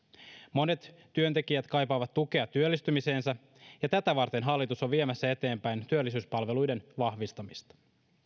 monet työntekijät kaipaavat tukea työllistymiseensä ja tätä varten hallitus on viemässä eteenpäin työllisyyspalveluiden vahvistamista